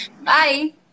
Bye